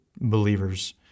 believers